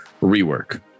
rework